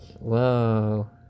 Whoa